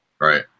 Right